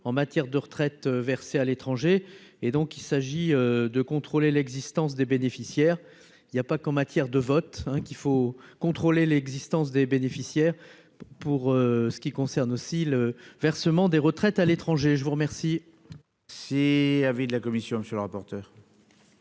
en matière de retraites versées à l'étranger, et donc il s'agit de contrôler l'existence des bénéficiaires, il y a pas qu'en matière de vote hein, qu'il faut contrôler l'existence des bénéficiaires pour ce qui concerne aussi le versement des retraites à l'étranger, je vous remercie. S'il avait. La commission, monsieur le rapporteur.